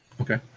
Okay